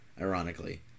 ironically